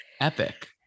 epic